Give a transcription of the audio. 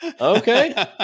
Okay